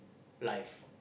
life